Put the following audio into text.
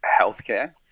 healthcare